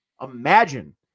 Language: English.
imagine